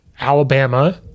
Alabama